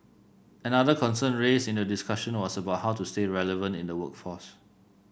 another concern raised in the discussion was about how to stay relevant in the workforce